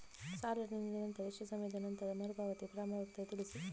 ಸಾಲ ನೀಡಿದ ನಂತರ ಎಷ್ಟು ಸಮಯದ ನಂತರ ಮರುಪಾವತಿ ಪ್ರಾರಂಭವಾಗುತ್ತದೆ ತಿಳಿಸಿ?